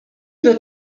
wird